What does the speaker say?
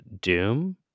doom